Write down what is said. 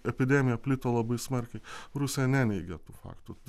epidemija plito labai smarkiai rusija neneigė tų faktų